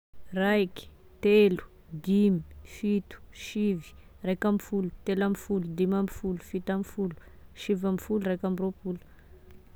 Raiky, telo, dimy, fito, sivy, raika ambifolo, telo ambifolo, dimy ambifolo, fito ambifolo, sivy ambifolo, raika amby roapolo